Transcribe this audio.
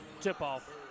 tip-off